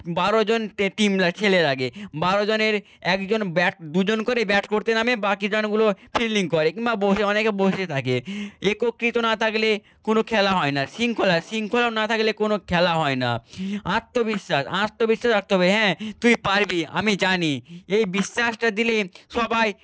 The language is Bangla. বারো জন টিম লাগে ছেলে লাগে বারো জনের একজন ব্যাট দুজন করে ব্যাট করতে নামে বাকি জনগুলো ফিল্ডিং করে কিংবা বসে অনেকে বসে থাকে একত্রিত না থাকলে কোনও খেলা হয় না শৃঙ্খলা শৃঙ্খলাও না থাকলে কোনও খেলা হয় না আত্মবিশ্বাস আত্মবিশ্বাস রাখতে হবে হ্যাঁ তুই পারবি আমি জানি এই বিশ্বাসটা দিলে সবাই